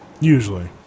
usually